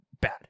Bad